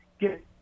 get